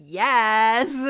yes